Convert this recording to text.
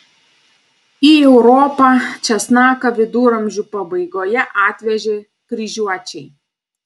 į europą česnaką viduramžių pabaigoje atvežė kryžiuočiai